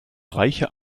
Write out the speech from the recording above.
reiche